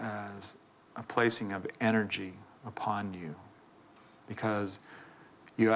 a placing of energy upon you because you